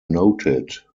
noted